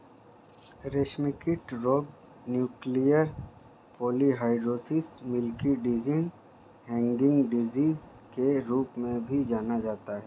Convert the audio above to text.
रेशमकीट रोग nuclear polyhedrosis, milky disease, hanging disease के रूप में भी जाना जाता है